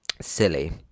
silly